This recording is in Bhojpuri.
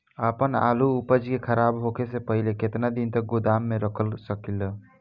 आपन आलू उपज के खराब होखे से पहिले केतन दिन तक गोदाम में रख सकिला?